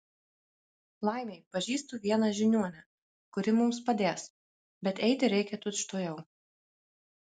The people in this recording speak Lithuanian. laimei pažįstu vieną žiniuonę kuri mums padės bet eiti reikia tučtuojau